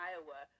Iowa